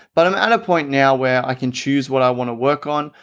but i'm at a point now where i can choose what i want to work on.